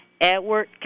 Edward